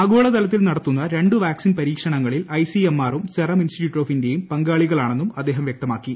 ആഗോളതലത്തിൽ നടത്തുന്ന രണ്ട് വാക്സിൻ പരീക്ഷണങ്ങളിൽ ഐസിഎംആർ ഉം സെറം ഇൻസ്റ്റിറ്റ്യൂട്ട് ഓഫ് ഇന്ത്യയും പങ്കാളികളാണെന്നും അദ്ദേഹം വൃക്തമാക്കി